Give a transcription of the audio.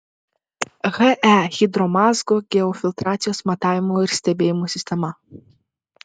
he hidromazgo geofiltracijos matavimų ir stebėjimų sistema